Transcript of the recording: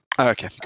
Okay